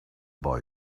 boy